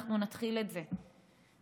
אנחנו נתחיל את זה,